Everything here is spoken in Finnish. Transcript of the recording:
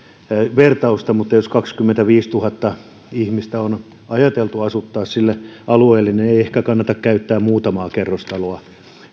vertausta mutta jos kaksikymmentäviisituhatta ihmistä on ajateltu asuttaa sille alueelle ei ehkä kannata käyttää muutamaa kerrostaloa